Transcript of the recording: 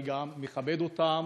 אני גם מכבד אותם,